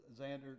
Xander